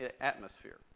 atmosphere